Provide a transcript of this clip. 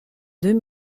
deux